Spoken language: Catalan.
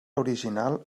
original